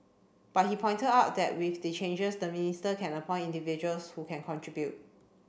but he pointed out that with the changes the minister can appoint individuals who can contribute